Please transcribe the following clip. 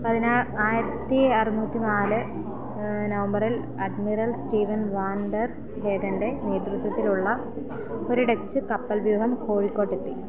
പതിനാ ആയിരത്തി അറുന്നൂറ്റി നാല് നവംബറിൽ അഡ്മിറൽ സ്റ്റീവൻ വാൻ ഡെർ ഹേഗന്റെ നേതൃത്വത്തിലുള്ള ഒരു ഡച്ച് കപ്പൽ വ്യൂഹം കോഴിക്കോട്ടെത്തി